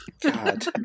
god